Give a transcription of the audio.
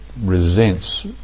resents